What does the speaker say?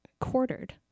quartered